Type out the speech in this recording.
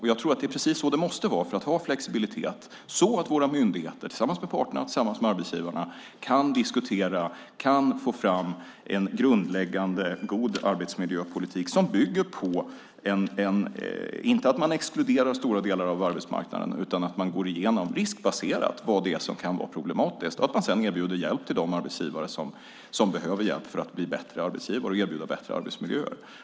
Jag tror att det är precis så det måste vara för att uppnå flexibilitet så att myndigheterna tillsammans med parterna och arbetsgivarna kan få fram en grundläggande god arbetsmiljöpolitik. Man ska inte bygga på ett exkluderande av stora delar av arbetsmarknaden utan gå igenom riskbaserat vad som kan vara problematiskt och sedan erbjuda hjälp till de arbetsgivare som behöver det för att bli bättre arbetsgivare och kunna erbjuda bättre arbetsmiljöer.